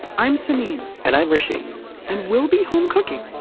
i'm samin and i'm hrishi and we'll be home cooking